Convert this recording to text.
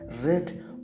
red